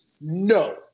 no